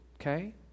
okay